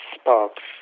sparks